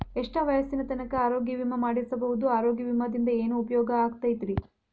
ಎಷ್ಟ ವಯಸ್ಸಿನ ತನಕ ಆರೋಗ್ಯ ವಿಮಾ ಮಾಡಸಬಹುದು ಆರೋಗ್ಯ ವಿಮಾದಿಂದ ಏನು ಉಪಯೋಗ ಆಗತೈತ್ರಿ?